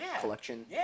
collection